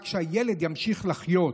רק שהילד ימשיך לחיות,